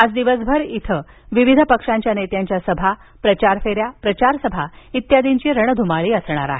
आज दिवसभर इथं विविध पक्षांच्या नेत्यांच्या सभा प्रचारफेऱ्या प्रचारसभा इत्यादींची रणध्माळी असणार आहे